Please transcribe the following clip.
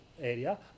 area